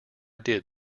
did